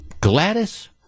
Gladys